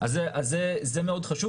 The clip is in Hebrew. אז זה מאוד חשוב.